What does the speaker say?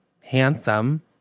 handsome